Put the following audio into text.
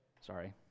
Sorry